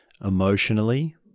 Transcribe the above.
emotionally